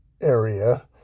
area